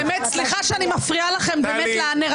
באמת, סליחה שאני מפריעה לכם לנרטיב.